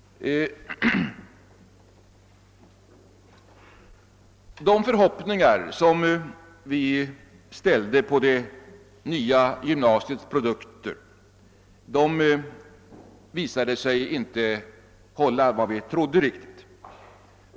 De förhoppningar som vi ställde på det nya gymnasiets produkter blev inte riktigt infriade.